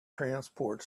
transport